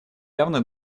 явно